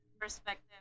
perspective